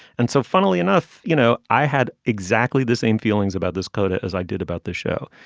and so funnily enough you know i had exactly the same feelings about this coda as i did about this show.